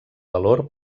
valor